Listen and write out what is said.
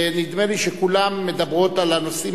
נדמה לי שכולן מדברות על הנושאים